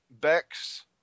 Bex